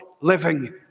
living